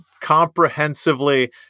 Comprehensively